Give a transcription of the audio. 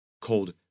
called